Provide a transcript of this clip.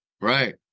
right